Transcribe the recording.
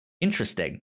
Interesting